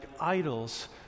idols